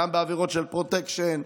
גם בעבירות של פרוטקשן,